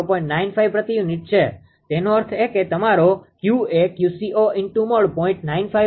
95 પ્રતિ યુનિટ છે તેનો અર્થ એ કે તમારો Q એ 𝑄𝐶૦|0